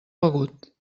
begut